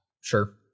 sure